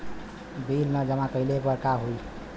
Bill न जमा कइले पर का होई?